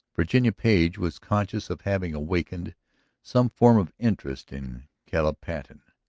virginia page was conscious of having awakened some form of interest in caleb patten.